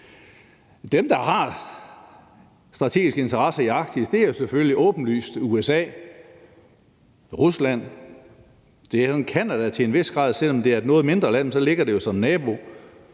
Dem, der har strategiske interesser i Arktis, er jo selvfølgelig åbenlyst USA, Rusland og Canada til en vis grad; selv om det er et noget mindre land, ligger det jo som nabo.